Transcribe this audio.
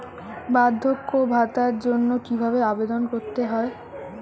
বার্ধক্য ভাতার জন্য কিভাবে আবেদন করতে হয়?